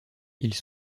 ils